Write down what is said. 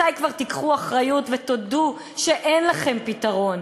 מתי כבר תיקחו אחריות ותודו שאין לכם פתרון?